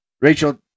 Rachel